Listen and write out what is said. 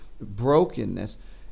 brokenness